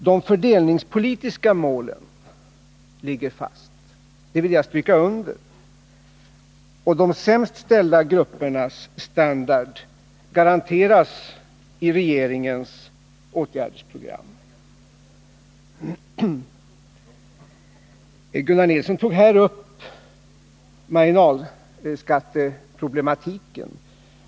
De fördelningspolitiska målen ligger fast — det vill jag stryka under. De sämst ställda gruppernas standard garanteras i regeringens åtgärdsprogram. Gunnar Nilsson tog här upp marginalskatteproblematiken.